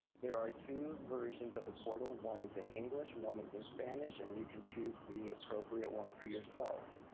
there are two versions of the portal. one is in english, one is in spanish, and you can choose the appropriate one for yourself.